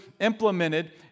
implemented